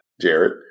Jared